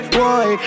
boy